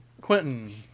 quentin